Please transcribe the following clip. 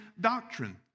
doctrine